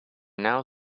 now